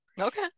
okay